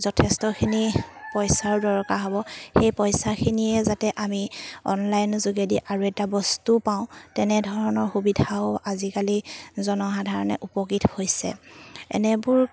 যথেষ্টখিনি পইচাৰ দৰকাৰ হ'ব সেই পইচাখিনিয়ে যাতে আমি অনলাইন যোগেদি আৰু এটা বস্তু পাওঁ তেনেধৰণৰ সুবিধাও আজিকালি জনসাধাৰণে উপকৃত হৈছে এনেবোৰ